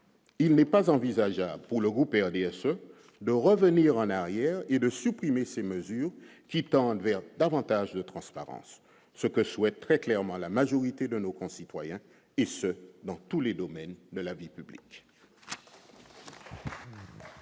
Il n'est pas envisageable pour le groupe RDSE de revenir en arrière et de supprimer ces mesures qui tendent vers davantage de transparence, ce que souhaite, très clairement, la majorité de nos concitoyens et ce dans tous les domaines de la vie publique.